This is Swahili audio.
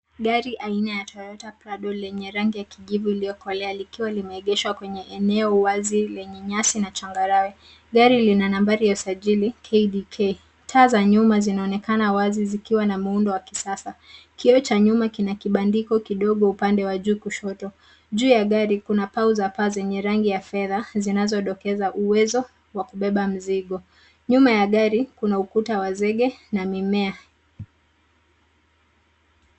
Gari aina ya Toyota Prado lenye rangi ya kijivu iliyokolea, likiwa limeegeshwa kwenye eneo wazi lenye nyasi na changarawe. Gari lina nambari ya usajili KDK. Taa za nyuma zinaonekana wazi, zikiwa na muundo wa kisasa. Kioo cha nyuma kina kibandiko kidogo upande wa juu kushoto. Juu ya gari, kuna pau za paa zenye rangi ya fedha zinazodokeza uwezo wa kubeba mizigo. Nyuma ya gari kuna ukuta wa zege na mimea.